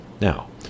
Now